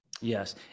Yes